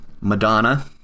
Madonna